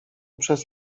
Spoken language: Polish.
przez